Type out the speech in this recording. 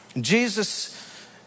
Jesus